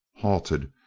halted,